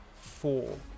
four